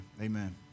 Amen